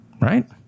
Right